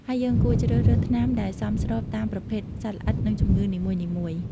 ហើយយើងគួរជ្រើសរើសថ្នាំដែលសមស្របតាមប្រភេទសត្វល្អិត និងជំងឺនីមួយៗ។